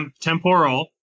Temporal